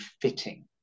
fitting